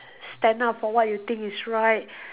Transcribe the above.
stand up for what you think is right